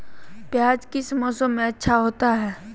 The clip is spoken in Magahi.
प्याज किस मौसम में अच्छा होता है?